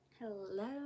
hello